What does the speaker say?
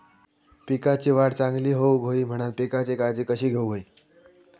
पिकाची वाढ चांगली होऊक होई म्हणान पिकाची काळजी कशी घेऊक होई?